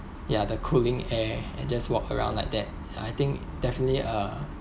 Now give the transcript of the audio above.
ya the cooling air and just walk around like that I think definitely uh